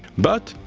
but,